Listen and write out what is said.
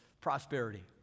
prosperity